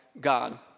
God